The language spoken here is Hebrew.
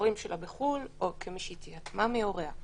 שההורים שלה בחו"ל, או כמי שהתייתמה מהוריה,